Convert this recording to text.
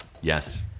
Yes